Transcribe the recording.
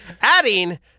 adding